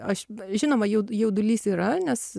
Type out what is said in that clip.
aš žinoma jau jaudulys yra nes